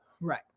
Right